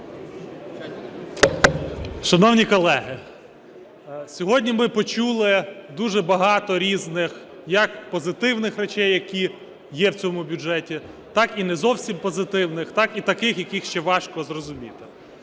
Шановні колеги, сьогодні ми почули дуже багато різних як позитивних речей, які є в цьому бюджеті, так і не зовсім позитивних, так і таких, яких ще важко зрозуміти.